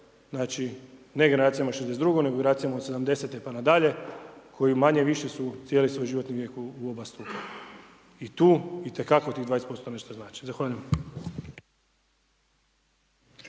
znači ne generacijama '62. nego generacijama od '70.-te pa nadalje koji manje-više su cijeli svoj životni vijek u oba stupa. I tu itekako tih 20% nešto znači. Zahvaljujem.